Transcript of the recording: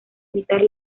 evitar